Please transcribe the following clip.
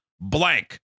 blank